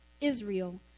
Israel